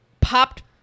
popped